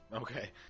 Okay